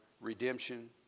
redemption